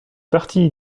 partie